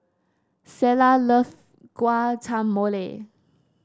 Selah loves Guacamole